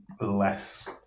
less